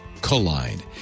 Collide